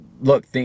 look